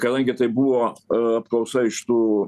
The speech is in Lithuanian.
kadangi tai buvo apklausa iš tų